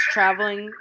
Traveling